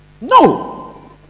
No